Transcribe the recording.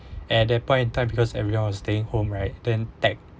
at that point in time because everyone is staying home right then tech